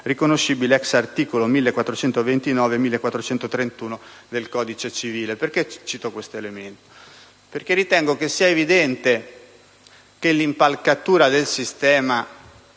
riconoscibile *ex* articoli 1429 e 1431 del codice civile». Perché cito questo elemento? Perché ritengo che sia evidente che l'impalcatura del sistema